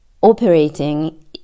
operating